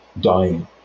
dying